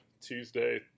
Tuesday